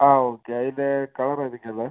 ആ ഓക്കെ അതിൻ്റെ കളർ ഏതൊക്കെയാണ് ഉള്ളത്